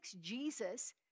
Jesus